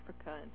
Africa